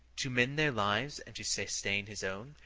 to mend their lives and to sustain his own,